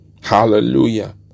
Hallelujah